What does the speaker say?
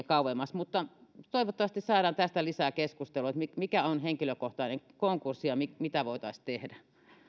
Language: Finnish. kauemmas mutta toivottavasti saadaan tästä lisää keskustelua että mikä on henkilökohtainen konkurssi ja mitä voitaisiin tehdä